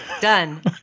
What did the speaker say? Done